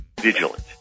vigilant